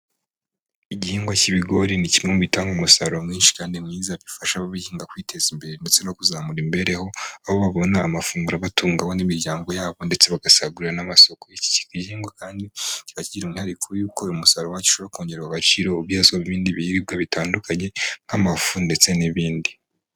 Igihingwa cy'ibigori ni kimwe mu bitanga umusaruro mwinshi kandi mwiza bifasha ababihinga kwiteza imbere, ndetse no kuzamura imibereho aho babona amafunguro abatunga bo n'imiryango yabo ndetse bagasagurira n'amasoko. Iki gihingwa kandi kikaba kigira umwihariko y'uko umusaruro wacyo ushobora kongererwa agaciro ukabyazwamo ibibindi biribwa bitandukanye nk'amafu ndetse n'ibindi.